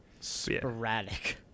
sporadic